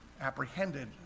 apprehended